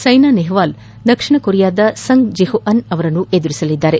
ಸೈನಾ ನೆಪ್ವಾಲ್ ದಕ್ಷಿಣ ಕೊರಿಯಾದ Sung Jihyun ಅವರನ್ನು ಎದುರಿಸಲಿದ್ದಾರೆ